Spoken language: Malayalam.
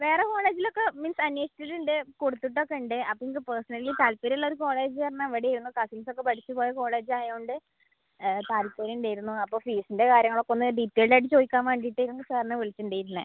വേറെ കോളേജിലൊക്കെ മിസ് അന്വേഷിച്ചിട്ടുണ്ട് കൊടുത്തിട്ടൊക്കെ ഉണ്ട് അപ്പോൾ ഇത് പേഴ്സണലി താൽപ്പര്യം ഉള്ളൊരു കോളേജ് ഒരെണ്ണം ഇവിടെയാണ് കസിൻസ് ഒക്കെ പഠിച്ച് പോയ കോളേജ് ആയതുകൊണ്ട് താല്പര്യം ഉണ്ടായിരുന്നു അപ്പോൾ ഫീസിൻ്റെ കാര്യങ്ങളൊക്കെ ഒന്ന് ഡീറ്റെയിൽഡ് ആയിട്ട് ചോദിക്കാൻ വേണ്ടിയിട്ടാണ് സാറിനെ വിളിച്ചിട്ടുണ്ടായിരുന്നത്